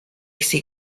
see